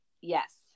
Yes